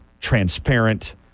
transparent